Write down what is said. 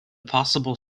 possible